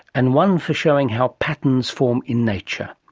and one for showing how patterns form in nature.